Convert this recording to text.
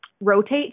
rotate